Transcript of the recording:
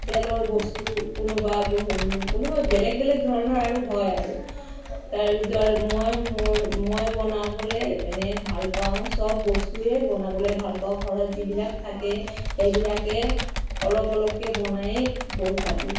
তেলৰ বস্তু কোনোবা কোনোবা বেলেগ বেলেগ ধৰণৰ আৰু হয় আৰু মই মোৰ মই বনাবলৈ এনেই ভাল পাওঁ চব বস্তুৱে বনাবলৈ ভাল পাওঁ ঘৰত যিবিলাক থাকে সেইবিলাকে অলপ অলপকৈ বনাই গৈ থাকোঁ